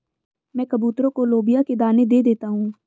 मैं कबूतरों को लोबिया के दाने दे देता हूं